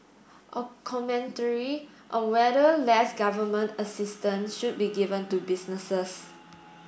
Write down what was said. a commentary on whether less government assistance should be given to businesses